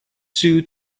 sued